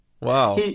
Wow